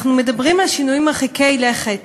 אנחנו מדברים על שינויים מרחיקי לכת